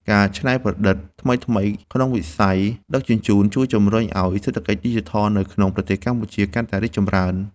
ការច្នៃប្រឌិតថ្មីៗក្នុងវិស័យដឹកជញ្ជូនជួយជម្រុញឱ្យសេដ្ឋកិច្ចឌីជីថលនៅក្នុងប្រទេសកម្ពុជាកាន់តែរីកចម្រើន។